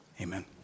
amen